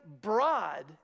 broad